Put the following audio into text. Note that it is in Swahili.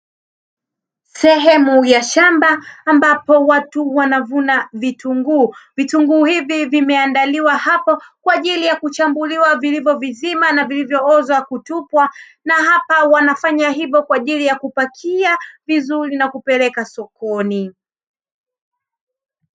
Sehemu ya shamba ambapo watu wanavuna vitunguu. Vitunguu hivi vimeandaliwa hapo kwa ajili ya kuchambuliwa vilivyovizima na vilivyooza kutupwa na hapa wanafanya hivyo kwa ajili ya kupakia vizuri na kupeleka sokoni.